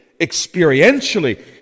experientially